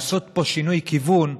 לעשות פה שינוי כיוון,